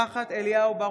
אינו נוכח אורנה ברביבאי,